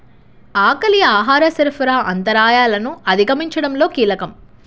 ఆకలి ఆహార సరఫరా అంతరాయాలను అధిగమించడంలో కీలకం